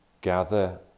gather